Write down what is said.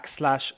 backslash